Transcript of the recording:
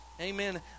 Amen